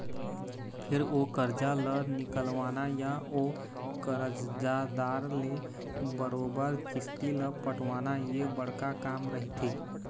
फेर ओ करजा ल निकलवाना या ओ करजादार ले बरोबर किस्ती ल पटवाना ये बड़का काम रहिथे